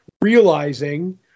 realizing